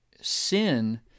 sin